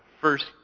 First